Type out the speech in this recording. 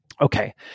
Okay